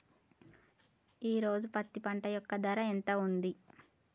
ఈ రోజు పత్తి పంట యొక్క ధర ఎంత ఉంది?